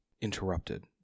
interrupted